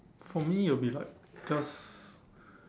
for me it will be like just